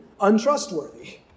untrustworthy